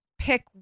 pick